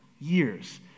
years